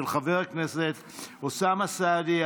של חבר הכנסת אוסאמה סעדי,